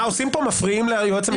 מפריעים ליועץ המשפטי לדבר.